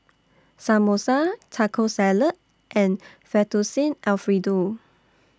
Samosa Taco Salad and Fettuccine Alfredo